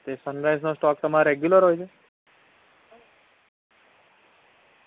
તે સનરાઈઝનો સ્ટોક તમારે રેગ્યુલર હોય છે